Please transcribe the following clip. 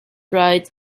right